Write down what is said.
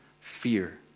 fear